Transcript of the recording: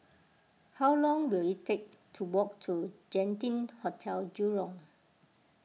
how long will it take to walk to Genting Hotel Jurong